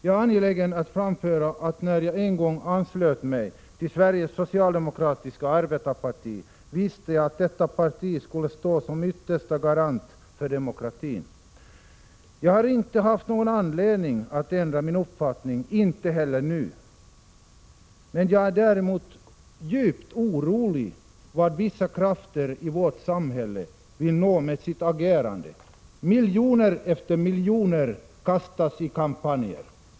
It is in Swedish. Jag är angelägen att framföra att när jag en gång anslöt mig till Sveriges Socialdemokratiska Arbetareparti, visste jag att detta parti skulle stå som yttersta garant för demokratin. Jag har inte haft någon anledning att ändra min uppfattning, inte heller nu. Däremot är jag djupt oroad av vad vissa krafter i vårt samhälle vill uppnå med sitt agerande. Miljon efter miljon kastas in i kampanjer.